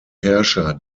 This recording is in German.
herrscher